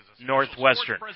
Northwestern